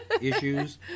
issues